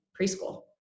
preschool